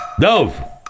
Dove